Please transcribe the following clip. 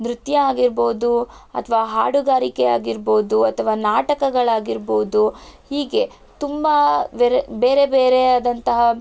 ನೃತ್ಯ ಆಗಿರ್ಬೋದು ಅಥ್ವಾ ಹಾಡುಗಾರಿಕೆ ಆಗಿರ್ಬೋದು ಅಥ್ವಾ ನಾಟಕಗಳಾಗಿರ್ಬೋದು ಹೀಗೆ ತುಂಬ ಬೇರೆ ಬೇರೆ ಬೇರೆಯಾದಂತಹ